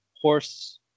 horse